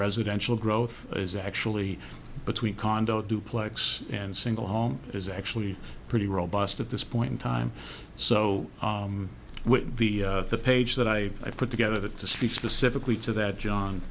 residue actual growth is actually between condo duplex and single home is actually pretty robust at this point in time so with the page that i put together to speak specifically to that john